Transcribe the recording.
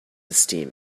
esteem